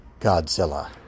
Godzilla